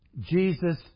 Jesus